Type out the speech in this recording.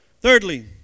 Thirdly